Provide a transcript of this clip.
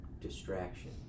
Distraction